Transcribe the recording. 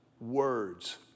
words